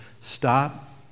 stop